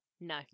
No